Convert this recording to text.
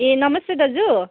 ए नमस्ते दाजु